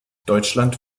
deutschland